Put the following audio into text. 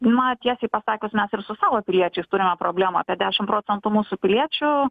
na tiesiai pasakius mes ir su savo piliečiais turime problemų apie dešimt procentų mūsų piliečių